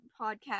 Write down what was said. podcast